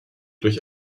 durch